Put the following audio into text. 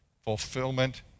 fulfillment